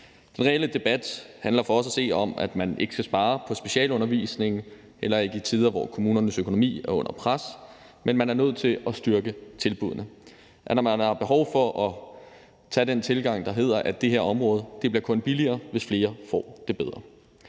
den reelle debat handler for os at se om, at man ikke skal spare på specialundervisningen, heller ikke i tider, hvor kommunernes økonomi er under pres, men at man er nødt til at styrke tilbuddene. Der er behov for at vælge den tilgang, der handler om, at det her område kun bliver billigere, hvis flere får det bedre.